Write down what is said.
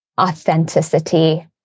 authenticity